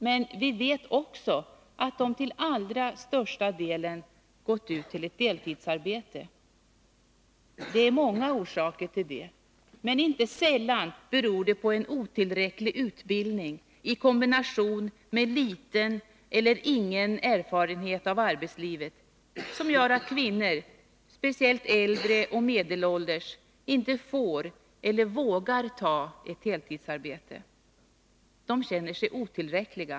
Men vi vet också att de till allra största delen gått ut till ett deltidsarbete. Det är många orsaker till detta, men inte sällan beror det på en otillräcklig utbildning i kombination med liten eller ingen erfarenhet av arbetslivet. Detta gör att kvinnor, speciellt äldre och medelålders, inte får eller vågar ta ett heltidsarbete. De känner sig otillräckliga.